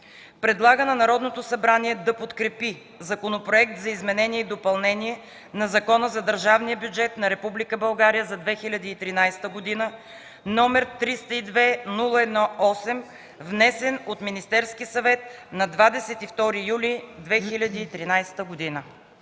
Предлага на Народното събрание да подкрепи Законопроект за изменение и допълнение на Закона за държавния бюджет на Република България за 2013 г., № 302-01-8, внесен от Министерския съвет на 22 юли 2013 г.”